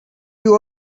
you